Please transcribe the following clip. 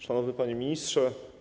Szanowny Panie Ministrze!